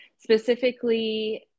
Specifically